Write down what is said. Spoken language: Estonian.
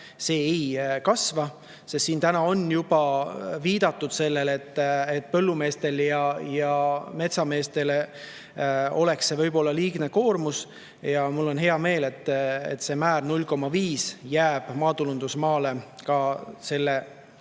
see ei kasva. On ju tänagi juba viidatud sellele, et põllumeestele ja metsameestele oleks selle tõstmine liigne koormus. Mul on hea meel, et see määr 0,5% jääb maatulundusmaa puhul selle